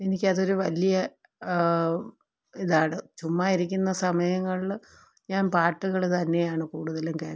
എനിക്ക് അതൊരു വലിയ ഇതാണ് ചുമ്മാ ഇരിക്കുന്ന സമയങ്ങളിൽ ഞാൻ പാട്ടുകൾ തന്നെയാണ് കൂടുതലും കേൾക്കുന്നത്